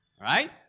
Right